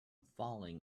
falling